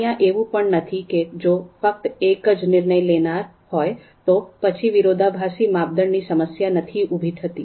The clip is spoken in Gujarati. અહિયાં એવું પણ નથી કે જો ફક્ત એક જ નિર્ણય લેનાર હોય તો પછી વિરોધાભાસી માપદંડની સમસ્યા નથી ઉભી થતી